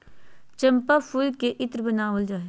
चम्पा फूल से इत्र बनावल जा हइ